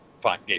fine